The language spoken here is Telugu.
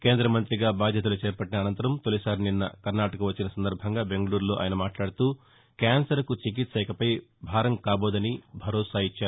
కేంద్ర మంతిగా బాధ్యతలు చేపట్లిన అంతరం తొలిసారి నిన్న కర్నాటక వచ్చిన సందర్బంగా బెంగళూరులో ఆయన మాట్లాడుతూక్యాన్సర్కు చికిత్స ఇకపై భారం కాబోదని భరోసానిచ్చారు